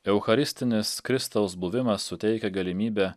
eucharistinis kristaus buvimas suteikia galimybę